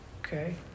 okay